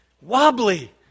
wobbly